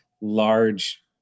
large